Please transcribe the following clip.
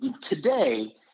Today